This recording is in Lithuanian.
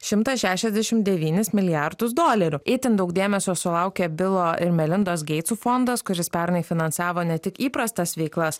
šimtą šešiasdešim devynis milijardus dolerių itin daug dėmesio sulaukė bilo ir melindos geitsų fondas kuris pernai finansavo ne tik įprastas veiklas